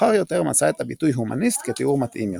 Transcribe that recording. מאוחר יותר מצא את הביטוי הומניסט כתיאור מתאים יותר.